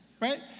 right